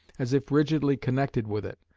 as if rigidly connected with it,